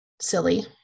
silly